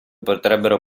potrebbero